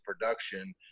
production